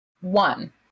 One